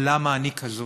על למה אני כזאת,